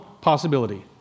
possibility